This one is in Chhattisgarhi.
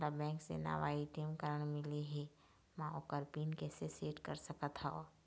मोला बैंक से नावा ए.टी.एम कारड मिले हे, म ओकर पिन कैसे सेट कर सकत हव?